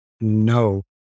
No